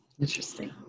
Interesting